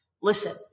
Listen